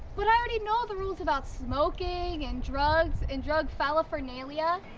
but i already know the rules about smoking and drugs and drug phalaphernalia.